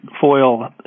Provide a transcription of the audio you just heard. foil